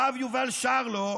הרב יובל שרלו,